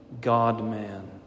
God-man